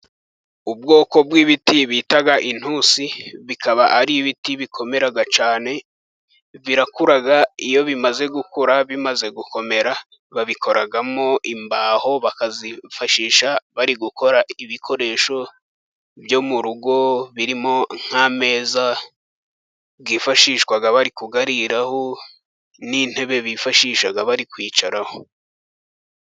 Ubwoko bw'ibiti bita intusi, bikaba ari ibiti bikomera cyane. Birakura iyo bimaze gukura bimaze gukomera babikoramo imbaho, bakazifashisha bari gukora ibikoresho byo mu rugo, birimo: nk'ameza yifashishwa bari kuyariraho, n'intebe bifashisha bari kwicaraho.